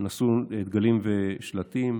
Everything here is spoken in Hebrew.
ונשאו דגלים ושלטים,